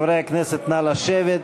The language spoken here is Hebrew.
חברי הכנסת, נא לשבת.